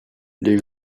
les